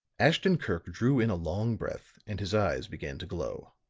ashton-kirk drew in a long breath and his eyes began to glow.